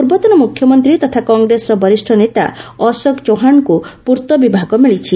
ପୂର୍ବତନ ମ୍ରଖ୍ୟମନ୍ତ୍ରୀ ତଥା କଂଗ୍ରେସର ବରିଷ ନେତା ଅଶୋକ ଚହ୍ୱାଶଙ୍କ ପୂର୍ତ୍ତ ବିଭାଗ ମିଳିଛି